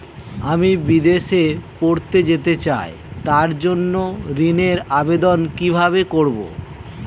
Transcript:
আমি বিদেশে পড়তে যেতে চাই তার জন্য ঋণের আবেদন কিভাবে করব?